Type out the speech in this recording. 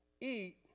eat